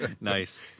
Nice